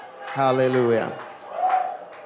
Hallelujah